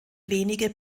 wenige